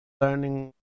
learning